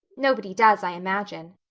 nobody does, i imagine.